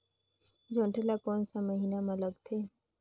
जोंदरी ला कोन सा महीन मां लगथे?